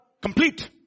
complete